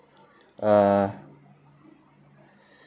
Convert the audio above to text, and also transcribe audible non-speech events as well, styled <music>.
uh <breath>